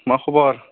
मा खबर